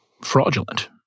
fraudulent